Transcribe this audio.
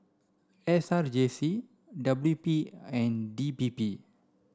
S R J C W P and D P P